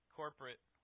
corporate